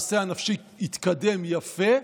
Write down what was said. הנושא הנפשי התקדם יפה,